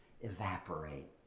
evaporate